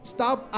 Stop